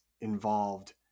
involved